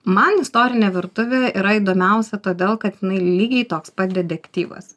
man istorinė virtuvė yra įdomiausia todėl kad jinai lygiai toks pat dedektyvas